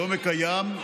לעומק הים,